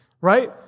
right